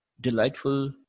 delightful